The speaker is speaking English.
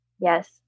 yes